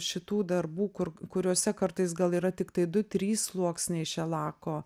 šitų darbų kur kuriuose kartais gal yra tiktai du trys sluoksniai šelako